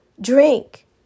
drink